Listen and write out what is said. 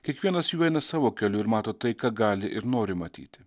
kiekvienas jų eina savo keliu ir mato tai ką gali ir nori matyti